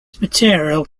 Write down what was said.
material